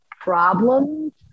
problems